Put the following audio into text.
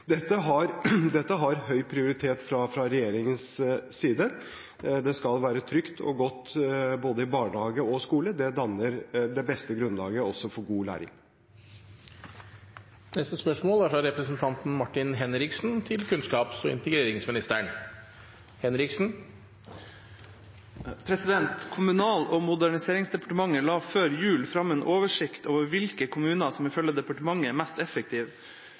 Dette har høy prioritet fra regjeringens side. Det skal være trygt og godt både i barnehage og skole. Det danner det beste grunnlaget også for god læring. «Kommunal- og moderniseringsdepartementet la før jul fram en oversikt over hvilke kommuner som ifølge departementet er mest effektive.